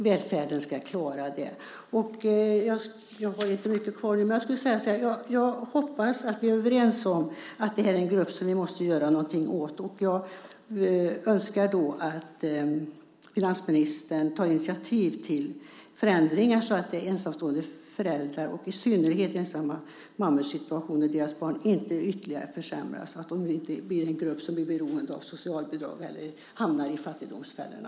Välfärden ska klara det. Jag hoppas att vi är överens om att det är en grupp vi måste göra något åt. Jag önskar att finansministern tar initiativ till förändringar så att ensamstående föräldrars situation, i synnerhet ensamstående mammors situation, inte ytterligare försämras så att det blir en grupp som blir beroende av socialbidrag eller hamnar i fattigdomsfällorna.